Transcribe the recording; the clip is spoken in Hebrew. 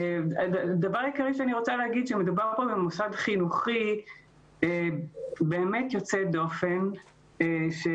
דבר עיקרי שאני רוצה להגיד שמדובר פה במוסד חינוכי באמת יוצא דופן שמשרת